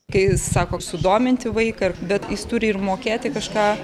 kai sakok sudominti vaiką bet jis turi ir mokėti kažką